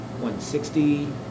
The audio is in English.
160